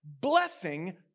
Blessing